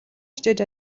хичээж